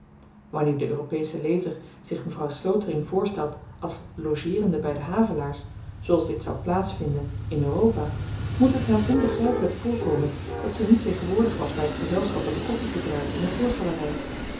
wanneer de europesche lezer zich mevrouw slotering voorstelt als logeerende by de havelaars zooals dit zou plaats vinden in europa moet het hem onbegrypelyk voorkomen dat ze niet tegenwoordig was by t gezelschap dat de koffi gebruikte in de